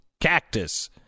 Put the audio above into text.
cactus